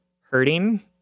hurting